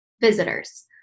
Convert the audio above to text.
Visitors